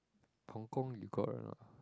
Hong-Kong you got a